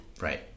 Right